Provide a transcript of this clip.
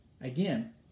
Again